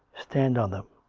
stand on them.